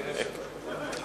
כנראה לא.